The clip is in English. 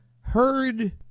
heard